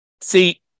See